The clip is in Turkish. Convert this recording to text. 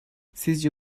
sizce